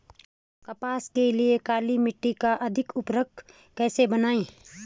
कपास के लिए काली मिट्टी को अधिक उर्वरक कैसे बनायें?